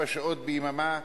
24 ישיבות בהצעת החוק,